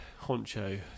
honcho